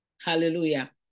Hallelujah